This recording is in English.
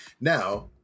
now